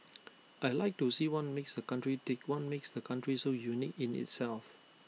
I Like to see what makes the country tick what makes the country so unique in itself